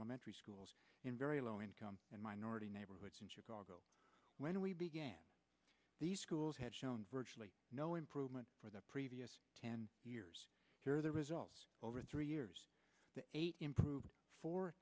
elementary schools in very low income and minority neighborhoods in chicago when we began the schools had shown virtually no improvement for the previous ten years here the results over three years eight improved four